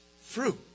fruit